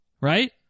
right